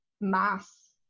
mass